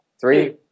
three